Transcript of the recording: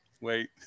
wait